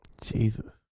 Jesus